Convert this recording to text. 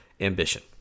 ambition